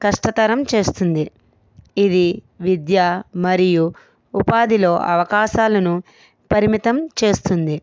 కష్టతరం చేస్తుంది ఇది విద్యా మరియు ఉపాధిలో అవకాశాలను పరిమితం చేస్తుంది